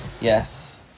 Yes